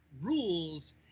rules